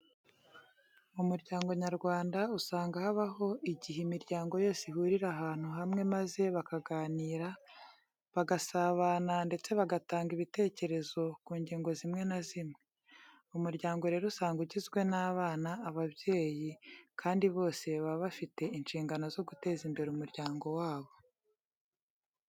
Mu muryango nyarwanda, usanga habaho igihe imiryango yose ihurira ahantu hamwe maze bakaganira, bagasabana ndetse bagatanga ibitekerezo ku ngingo zimwe na zimwe. Umuryango rero usanga ugizwe n'abana, ababyeyi kandi bose baba bafite inshingano zo guteza imbere umuryango wabo.